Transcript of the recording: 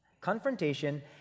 Confrontation